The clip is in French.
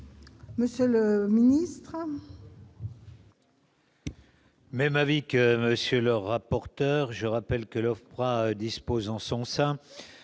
Monsieur le ministre